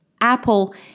Apple